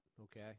okay